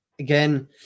again